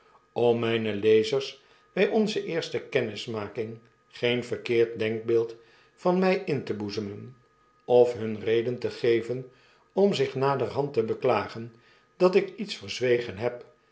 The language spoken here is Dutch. om mynen lezers by onze eerste kennismaking geen verkeerd denkbeeld van mij in te boezemen of hunredentegevenomzictinaderhand te beklagen dat ik iets verzwegen heb